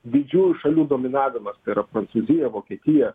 didžiųjų šalių dominavimas tai yra prancūzija vokietija